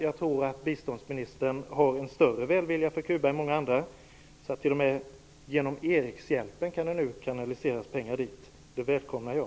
Jag tror att biståndsministern känner en större välvilja mot Kuba än många andra, så att t.o.m. genom Erikshjälpen kan det nu kanaliseras pengar dit. Det välkomnar jag.